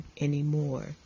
anymore